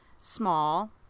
Small